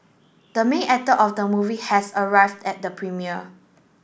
the main actor of the movie has arrived at the premiere